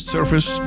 Surface